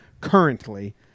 currently